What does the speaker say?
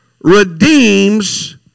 redeems